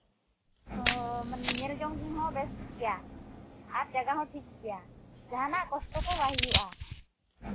ᱦᱚᱸ ᱧᱮᱞ ᱡᱚᱝ ᱦᱚᱸ ᱵᱮᱥ ᱜᱮᱭᱟ ᱟᱨ ᱡᱟᱭᱜᱟ ᱦᱚᱸ ᱴᱷᱤᱠ ᱜᱮᱭᱟ ᱡᱟᱦᱟᱱᱟᱜ ᱠᱚᱥᱴᱚ ᱠᱚ ᱵᱟᱭ ᱦᱩᱭᱩᱜᱼᱟ